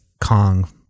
Kong